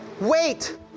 wait